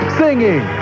singing